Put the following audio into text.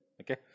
Okay